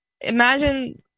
imagine